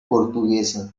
portuguesa